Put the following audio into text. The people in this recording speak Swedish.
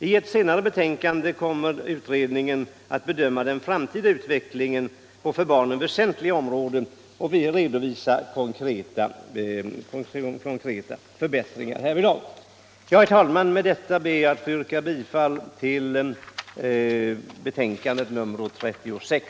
I ett senare betänkande kommer utredningen att bedöma den framtida utvecklingen på för barnen väsentliga områden och redovisa konkreta förbättringar härvidlag. Herr talman! Med detta ber jag att få yrka bifall till utskottets hemställan i betänkandet nr 36.